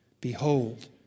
Behold